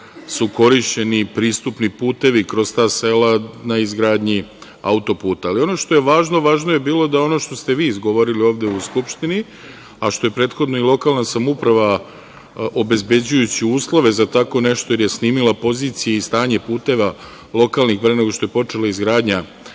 su korišćeni pristupni putevi kroz ta sela na izgradnji autoputa. Ono što je važno, važno je bilo da ono što ste vi izgovorili ovde u Skupštini, a što je prethodno i lokalna samouprava obezbeđujući uslove za tako nešto, jer je snimila pozicije i stanje puteva lokalnih, pre nego što je počela izgradnja